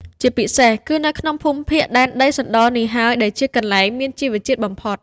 ជាពិសេស គឺនៅក្នុងភូមិភាគដែនដីសណ្ដនេះហើយដែលជា កន្លែងមានជីរជាតិបំផុត។